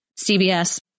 CBS